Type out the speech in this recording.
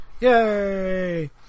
Yay